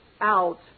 out